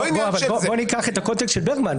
אבל בוא ניקח את הקונטקסט של ברגמן.